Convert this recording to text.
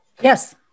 Yes